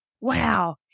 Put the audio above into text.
Wow